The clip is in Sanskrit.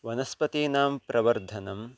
वनस्पतीनां प्रवर्धनं